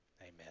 Amen